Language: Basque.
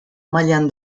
mailan